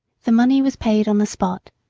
the money was paid on the spot,